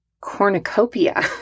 cornucopia